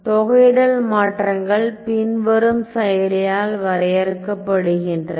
தொகையிடல் மாற்றங்கள் பின்வரும் செயலியால் வரையறுக்கப்படுகின்றன